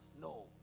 No